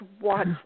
watch